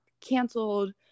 canceled